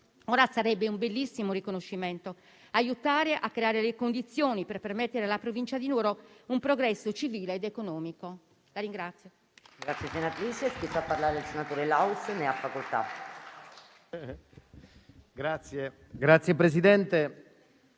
Sarebbe un bellissimo riconoscimento aiutare a creare le condizioni per permettere alla provincia di Nuoro un progresso civile ed economico.